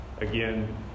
again